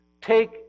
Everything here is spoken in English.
take